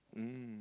mm